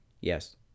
Yes